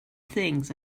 things